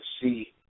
see